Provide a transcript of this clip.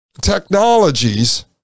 technologies